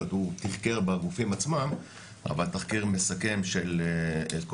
הוא תיחקר בגופים עצמם אבל תחקיר מסכם של כל